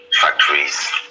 factories